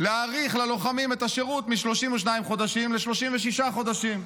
להאריך ללוחמים את השירות מ-32 חודשים ל-36 חודשים.